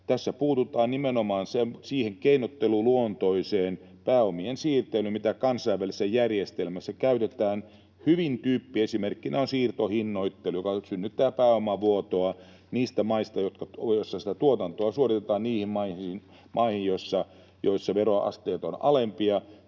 Tässä puututaan nimenomaan siihen keinotteluluontoiseen pääomien siirtelyyn, mitä kansainvälisessä järjestelmässä käytetään. Hyvin tyyppiesimerkkinä on siirtohinnoittelu, joka synnyttää pääomavuotoa niistä maista, joissa tuotantoa suoritetaan, niihin maihin, joissa veroasteet ovat alempia.